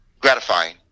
gratifying